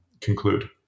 conclude